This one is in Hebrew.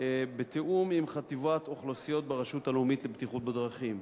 בתיאום עם חטיבת אוכלוסיות ברשות לבטיחות בדרכים.